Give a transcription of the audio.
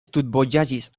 studvojaĝis